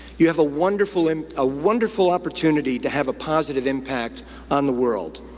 you have a wonderful and a wonderful opportunity to have a positive impact on the world.